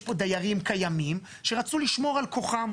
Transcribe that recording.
יש פה דיירים קיימים שרצו לשמור על כוחם,